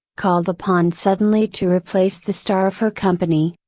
called upon suddenly to replace the star of her company,